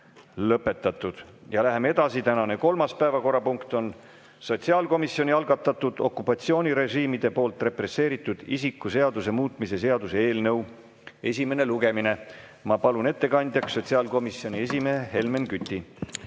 lõpetatud. Läheme edasi. Tänane kolmas päevakorrapunkt on sotsiaalkomisjoni algatatud okupatsioonirežiimide poolt represseeritud isiku seaduse muutmise seaduse eelnõu [770] esimene lugemine. Ma palun ettekandjaks sotsiaalkomisjoni esimehe Helmen Küti!